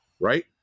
right